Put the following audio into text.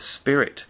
spirit